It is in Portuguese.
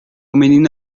menino